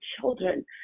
children